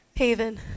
Haven